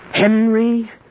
Henry